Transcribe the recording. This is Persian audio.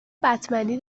بتمنی